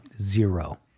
Zero